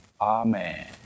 Amen